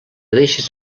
deixis